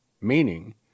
meaning